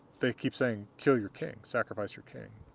they keep saying kill your king, sacrifice your king.